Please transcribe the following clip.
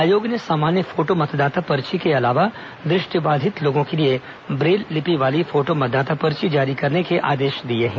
आयोग ने सामान्य फोटो मंतदाता पर्ची के अलावा दुष्टिबाधित लोगों के लिए ब्रेल लिपि वाली फोटो मतदाता पर्ची जारी करने के आदेश दिए हैं